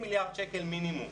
זה חצי מיליארד שקל מינימום.